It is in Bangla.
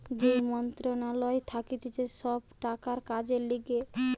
যেই মন্ত্রণালয় থাকতিছে সব টাকার কাজের লিগে